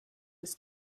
was